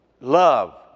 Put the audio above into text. Love